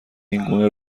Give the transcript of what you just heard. اینگونه